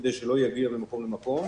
כדי שלא יעביר ממקום למקום.